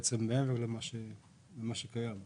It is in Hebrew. הקורונה יש אפשרות לסייע לחקלאים באמצעות השקעות הון.